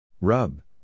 Rub